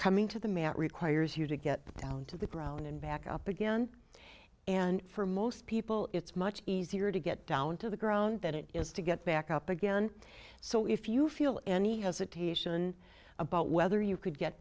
coming to the mat requires you to get down to the ground and back up again and for most people it's much easier to get down to the ground that it is to get back up again so if you feel any hesitation about whether you could get